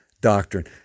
doctrine